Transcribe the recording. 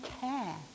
care